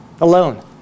alone